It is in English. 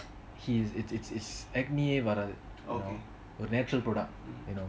he's it's it's it's acne but uh natural product you know